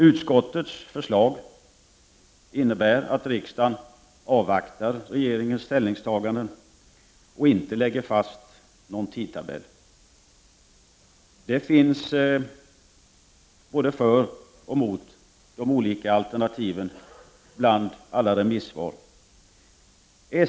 Utskottets förslag innebär att riksdagen skall avvakta regeringens ställningstagande och inte lägga fast någon tidtabell. Det finns ställningstaganden både för och emot de olika alternativen bland alla remissvar.